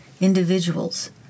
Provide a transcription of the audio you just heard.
individuals